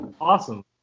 Awesome